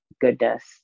goodness